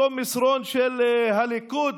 אותו מסרון של הליכוד,